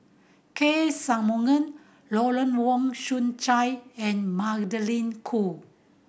K Shanmugam Lawrence Wong Shyun Tsai and Magdalene Khoo